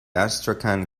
astrakhan